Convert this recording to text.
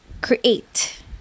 create